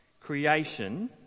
creation